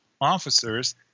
officers